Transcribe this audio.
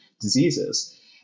diseases